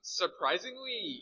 surprisingly